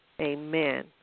amen